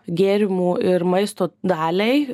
gėrimų ir maisto daliai